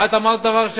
את אמרת דבר,